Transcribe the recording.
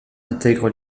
intègre